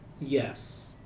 Yes